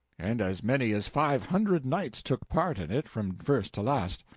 and as many as five hundred knights took part in it, from first to last.